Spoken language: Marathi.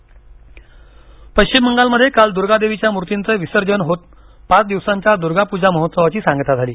बांगलादेश दुर्गा पूजा पश्चिम बंगाल मध्ये काल दुर्गा देवीच्या मुर्तीचं विसर्जन होत पाच दिवसांच्या दुर्गा पूजा महोत्सवाची सांगता झाली